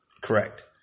Correct